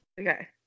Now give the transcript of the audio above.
Okay